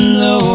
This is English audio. no